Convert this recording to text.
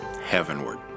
heavenward